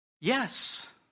yes